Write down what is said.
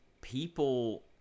people